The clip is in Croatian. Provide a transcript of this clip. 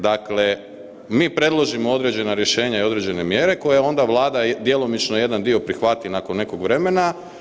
Dakle, mi predložimo određena rješenja i određene mjere koje onda Vlada djelomično jedan dio prihvati nakon nekog vremena.